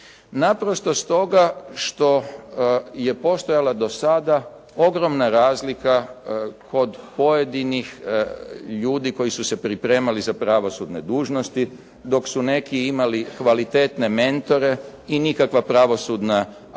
Naprosto stoga što je postojala do sada ogromna razlika kod pojedinih ljudi koji su se pripremali za pravosudne dužnosti dok su neki imali kvalitetne mentore i nikakva Pravosudna akademija